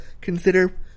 consider